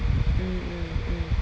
mm mm mm